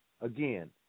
again